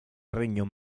regno